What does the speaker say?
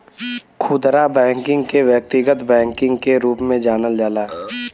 खुदरा बैकिंग के व्यक्तिगत बैकिंग के रूप में जानल जाला